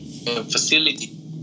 Facility